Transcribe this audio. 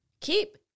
Keep